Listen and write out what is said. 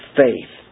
faith